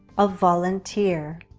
a volunteer.